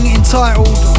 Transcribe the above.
entitled